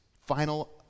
final